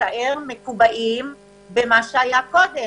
להישאר מקובעים במה שהיה קודם,